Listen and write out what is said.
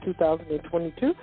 2022